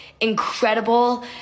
incredible